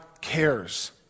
cares